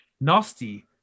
Nasty